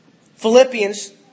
Philippians